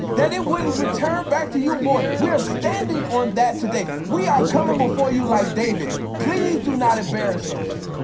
that it wouldn't return back to you void. we are standing on that today, we are coming before you like david, please do not embarrass. ah